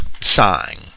sign